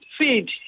feed